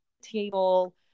table